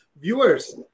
Viewers